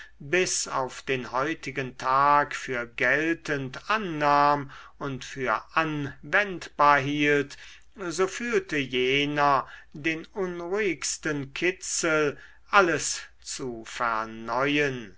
bis auf den heutigen tag für geltend annahm und für anwendbar hielt so fühlte jener den unruhigsten kitzel alles zu verneuen